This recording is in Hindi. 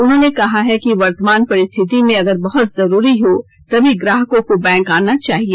उन्होंने कहा है कि वर्तमान परिस्थिति में अगर बहुत जरुरी हो तभी ग्राहकों को बैंक आना चाहिए